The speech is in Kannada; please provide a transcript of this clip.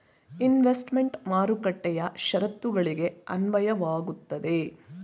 ಇನ್ವೆಸ್ತ್ಮೆಂಟ್ ಮಾರುಕಟ್ಟೆಯ ಶರತ್ತುಗಳಿಗೆ ಅನ್ವಯವಾಗುತ್ತದೆ